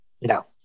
No